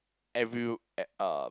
every uh uh